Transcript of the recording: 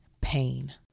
pain